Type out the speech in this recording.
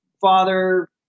father